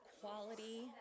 quality